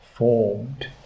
Formed